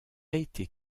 été